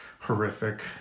horrific